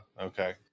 Okay